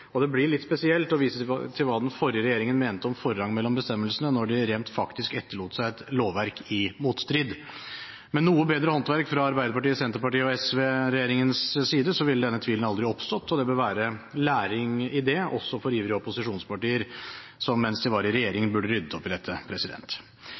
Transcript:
og det blir litt spesielt å vise til hva den forrige regjeringen mente om forrang mellom bestemmelsene, når de rent faktisk etterlot seg et lovverk i motstrid. Med noe bedre håndverk fra Arbeiderparti-, Senterparti- og SV-regjeringens side ville denne tvilen aldri oppstått, og det bør være læring i det, også for ivrige opposisjonspartier, som, mens de var i regjering, burde ha ryddet opp i dette.